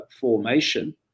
formation